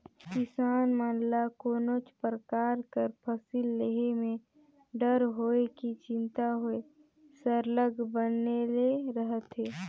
किसान मन ल कोनोच परकार कर फसिल लेहे में डर होए कि चिंता होए सरलग बनले रहथे